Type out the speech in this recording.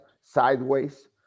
sideways